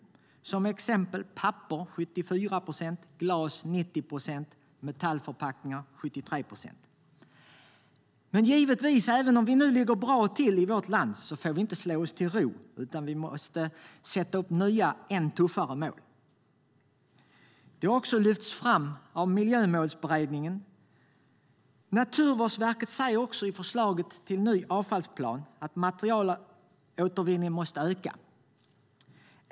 Exempelvis ligger vi för papper på 74 procent, för glas på 90 procent och för metallförpackningar på 73 procent. Även om vi i vårt land nu ligger bra till får vi givetvis inte slå oss till ro, utan vi måste sätta upp nya och ännu tuffare mål. Detta har också lyfts fram av Miljömålsberedningen. Naturvårdsverket säger i förslaget till ny avfallsplan att materialåtervinningen måste öka.